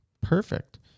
Perfect